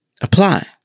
Apply